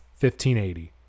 1580